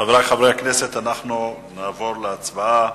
חברי חברי הכנסת, אנחנו נעבור להצבעה